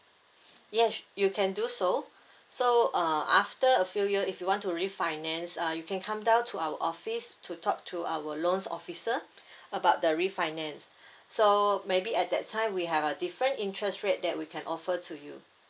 yes you can do so so uh after a few year if you want to refinance uh you can come down to our office to talk to our loans officer about the refinance so maybe at that time we have a different interest rate that we can offer to you